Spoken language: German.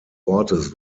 ortes